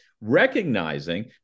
recognizing